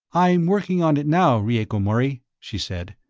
i'm working on it now, rieko mori, she said.